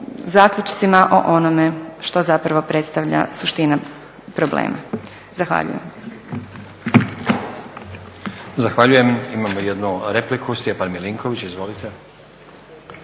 zaključcima o onome što zapravo predstavlja suštinu problema. Zahvaljujem. **Stazić, Nenad (SDP)** Zahvaljujem. Imamo jednu repliku, Stjepan Milinković. Izvolite.